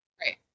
Right